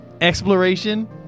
Exploration